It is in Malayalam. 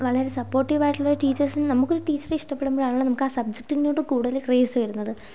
വളരേ സപ്പോർട്ടീവ് ആയിട്ടുള്ള ഒരു ടീച്ചേഴ്സ് എന്ന് നമുക്കൊരു ടീച്ചറെ ഇഷ്ടപ്പെടുമ്പോഴാണ് നമുക്ക് ആ സബ്ജെക്ടിനോട് കൂടുതൽ ക്രേസ് വരുന്നത്